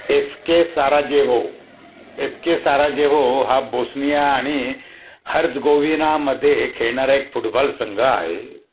F K Sarajevo F K Sarajevo हा Bosnia आणि Herzegovina मध्ये खेळणारा एक फुटबॉल संघ आहे